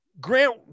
Grant